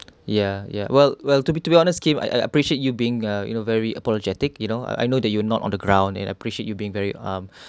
ya ya well well to be to be honest kim I I appreciate you being uh you know very apologetic you know I know that you are not on the ground and I appreciate you being very um